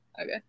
okay